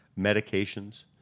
medications